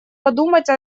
подумать